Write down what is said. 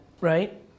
right